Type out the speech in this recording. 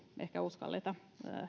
ehkä uskalleta